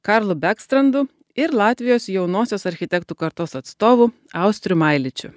karlu bekstrandu ir latvijos jaunosios architektų kartos atstovu austriu mailičiu